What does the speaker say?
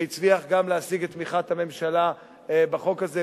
שהצליח גם להשיג את תמיכת הממשלה בחוק הזה,